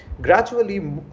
Gradually